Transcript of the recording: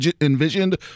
envisioned